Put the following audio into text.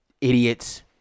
idiots